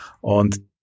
Und